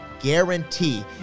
guarantee